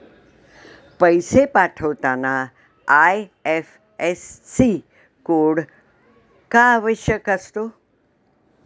पैसे पाठवताना IFSC code का आवश्यक असतो?